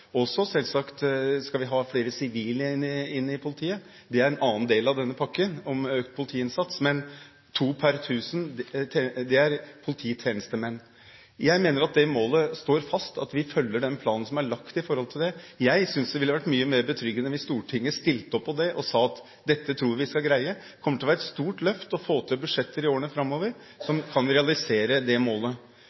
Selvsagt skal vi ha flere sivile inn i politiet – det er en annen del av denne pakken når det gjelder økt politiinnsats – men to per 1 000 er polititjenestemenn. Jeg mener at målet står fast, at vi følger den planen som er lagt for det. Jeg synes det ville vært mye mer betryggende hvis Stortinget stilte opp på det og sa at dette tror vi at vi skal greie. Det kommer til å være et stort løft å få til budsjetter i årene framover som kan realisere det målet.